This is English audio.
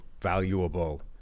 valuable